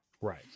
Right